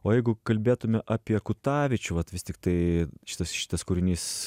o jeigu kalbėtume apie kutavičių vat vis tiktai šitas šitas kūrinys